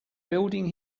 building